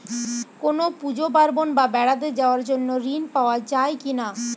কোনো পুজো পার্বণ বা বেড়াতে যাওয়ার জন্য ঋণ পাওয়া যায় কিনা?